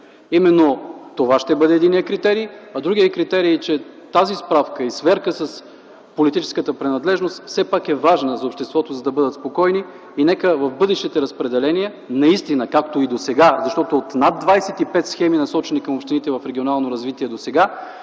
Именно това ще бъде единият критерий, а другият критерий – че тази справка и сверка с политическата принадлежност все пак е важна за обществото, за да бъдем спокойни. Нека в бъдещите разпределения наистина, както и досега, защото в над 25 схеми, насочени към общините в „Регионално развитие” досега,